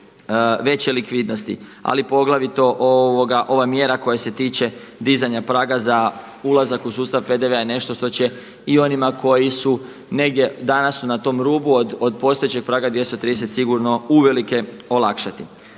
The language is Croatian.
veće likvidnosti, ali poglavito ova mjera koja se tiče dizanja praga za ulazak u sustav PDV-a je nešto što će i onima koji su negdje danas su na tom rubu od postojećeg praga 230 sigurno uvelike olakšati.